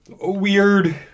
Weird